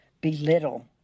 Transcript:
belittle